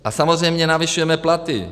A samozřejmě navyšujeme platy.